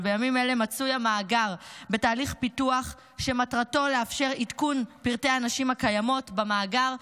מצוי המאגר בתהליך פיתוח שמטרתו לאפשר עדכון פרטי הנשים הקיימות במאגר,